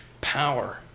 power